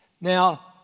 Now